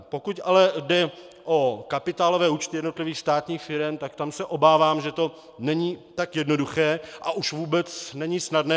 Pokud ale jde o kapitálové účty jednotlivých státních firem, tak tam se obávám, že to není tak jednoduché a už vůbec není snadné.